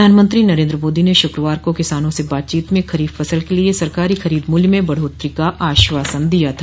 प्रधानमंत्री नरेन्द्र मोदी ने शुक्रवार को किसानों से बातचीत में खरीफ फसल के लिए सरकारी खरीद मूल्य में बढ़ोतरी का आश्वासन दिया था